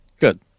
Good